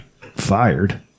fired